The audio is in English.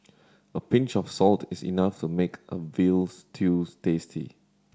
a pinch of salt is enough to make a veal stews tasty